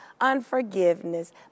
unforgiveness